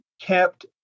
kept